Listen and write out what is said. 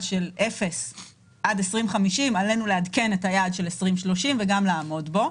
של אפס עד שנת 2050 עלינו לעדכן את היעד של שנת 2030 וגם לעמוד בו.